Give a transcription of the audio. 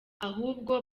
ahubwo